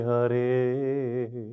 Hare